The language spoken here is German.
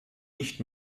nicht